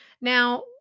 Now